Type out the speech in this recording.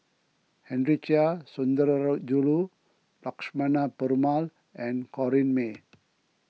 Henry Chia Sundarajulu Lakshmana Perumal and Corrinne May